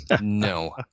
no